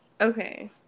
okay